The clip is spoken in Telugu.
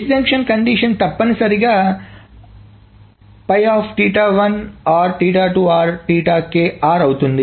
డిష్జంక్షన్ కండిషన్ తప్పనిసరిగా అవుతుంది